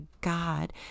God